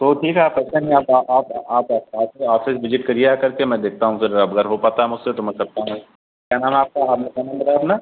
तो ठीक है आप ऐसे में अब आप आप ऑफ़िस ऑफ़िस विजिट करिए आकर के मैं देखता हूँ फिर अब अगर हो पाता है मुझसे तो मैं करता हूँ क्या नाम है आपका आपने क्या नाम बताया अपना